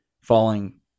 Falling